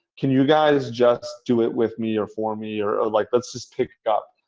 can you guys just do it with me or for me, or or like let's just pick it up.